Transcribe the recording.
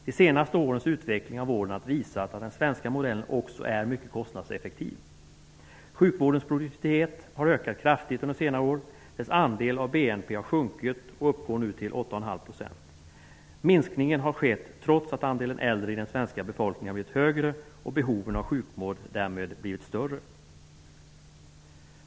De senaste årens utveckling av vården har visat att den svenska modellen också är mycket kostnadseffektiv. Sjukvårdens produktivitet har ökat kraftigt under senare år. Dess andel av BNP har sjunkit och uppgår nu till 8,5 %. Minskningen har skett trots att andelen äldre i den svenska befolkningen blivit högre och behoven av sjukvård därmed blivit större.